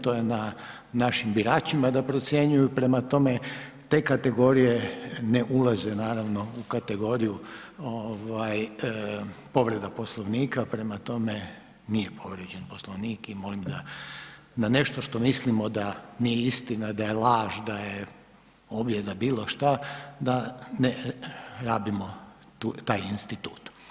To je na našim biračima da procjenjuju, prema tome, te kategorije ne ulaze naravno u kategoriju povreda Poslovnika, prema tome, nije povrijeđen Poslovnik i molim da nešto što mislimo da nije istina, da je laž, da je objeda, bilo što, da ne rabimo taj institut.